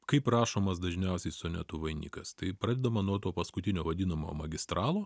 kaip rašomas dažniausiai sonetų vainikas tai pradedama nuo to paskutinio vadinamo magistralo